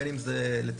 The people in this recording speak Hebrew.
בין אם זה לתמר,